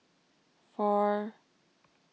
four